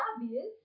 obvious